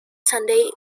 sunday